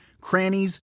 crannies